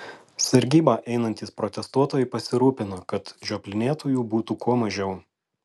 sargybą einantys protestuotojai pasirūpina kad žioplinėtojų būtų kuo mažiau